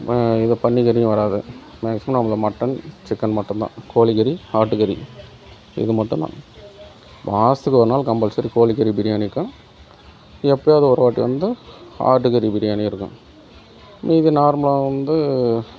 இது பன்னிக்கறியும் வராது மேக்ஸிமம் நாங்கள் மட்டன் சிக்கன் மட்டன் தான் கோழிக்கறி ஆட்டுக்கறி இது மட்டும் தான் மாதத்துக்கு ஒரு நாள் கம்பல்சரி கோழிக்கறி பிரியாணிக்கும் எப்பயாவது ஒரு வாட்டி வந்து ஆட்டுக்கறி பிரியாணி இருக்கும் மீதி நார்மலாக வந்து